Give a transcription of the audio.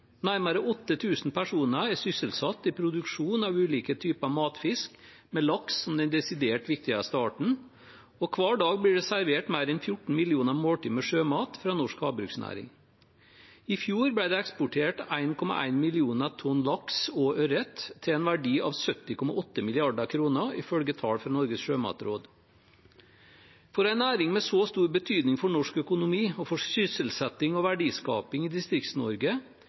Nærmere 8 000 personer er sysselsatt i produksjon av ulike typer matfisk, med laks som den desidert viktigste arten. Og hver dag blir det servert mer enn 14 millioner måltid med sjømat fra norsk havbruksnæring. I fjor ble det eksportert 1,1 millioner tonn laks og ørret til en verdi av 70,8 mrd. kr, ifølge tall fra Norges sjømatråd. For en næring med så stor betydning for norsk økonomi og for sysselsetting og verdiskaping i